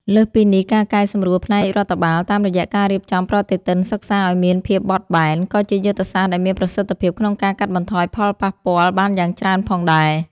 លើសពីនេះ ការកែសម្រួលផ្នែករដ្ឋបាលតាមរយៈការរៀបចំប្រតិទិនសិក្សាឱ្យមានភាពបត់បែន ក៏ជាយុទ្ធសាស្ត្រដែលមានប្រសិទ្ធភាពក្នុងការកាត់បន្ថយផលប៉ះពាល់បានយ៉ាងច្រើនផងដែរ។